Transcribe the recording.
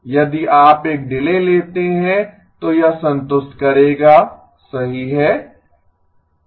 यदि आप एक डिले लेते है तो यह संतुष्ट करेगा सही है